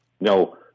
no